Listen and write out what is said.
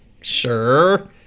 Sure